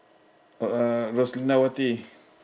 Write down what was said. oh uh roslindawati